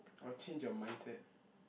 I'll change your mindset